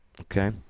Okay